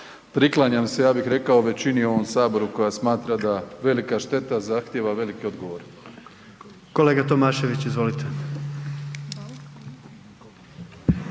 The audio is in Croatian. priklanjam se, ja bih rekao, većini u ovom saboru koja smatra da velika šteta zahtijeva velike odgovore.